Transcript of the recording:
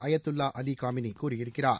Ayatollah Ali Khamenei கூறியிருக்கிறார்